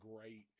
great